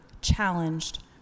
challenged